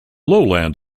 lowland